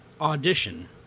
audition